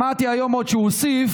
עוד שמעתי היום שהוא הוסיף